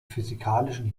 physikalischen